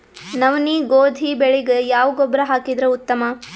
ನವನಿ, ಗೋಧಿ ಬೆಳಿಗ ಯಾವ ಗೊಬ್ಬರ ಹಾಕಿದರ ಉತ್ತಮ?